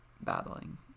battling